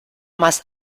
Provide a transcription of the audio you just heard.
más